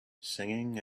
singing